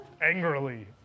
Angrily